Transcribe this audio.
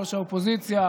ראש האופוזיציה,